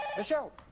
michelle?